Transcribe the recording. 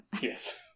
yes